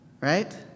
Right